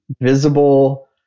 visible